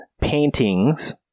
paintings